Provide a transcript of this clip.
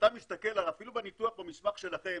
כשאתה מסתכל, אפילו בניתוח, במסמך שלכם,